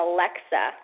Alexa